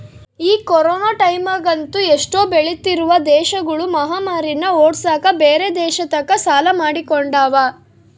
ಈ ಕೊರೊನ ಟೈಮ್ಯಗಂತೂ ಎಷ್ಟೊ ಬೆಳಿತ್ತಿರುವ ದೇಶಗುಳು ಮಹಾಮಾರಿನ್ನ ಓಡ್ಸಕ ಬ್ಯೆರೆ ದೇಶತಕ ಸಾಲ ಮಾಡಿಕೊಂಡವ